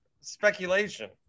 speculation